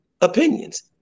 opinions